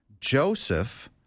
joseph